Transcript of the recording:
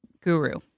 guru